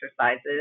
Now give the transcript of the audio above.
exercises